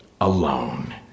alone